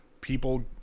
people